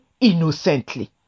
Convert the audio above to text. innocently